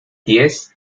diez